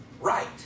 right